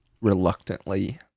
reluctantly